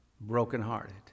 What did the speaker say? brokenhearted